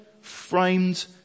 framed